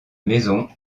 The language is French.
maison